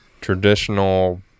traditional